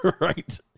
Right